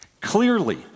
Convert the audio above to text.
Clearly